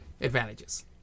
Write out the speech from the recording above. advantages